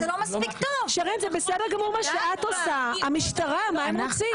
המשטרה, מה הם רוצים?